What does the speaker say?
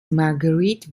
marguerite